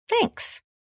thanks